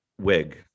wig